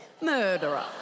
Murderer